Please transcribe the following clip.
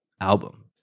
album